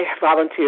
volunteer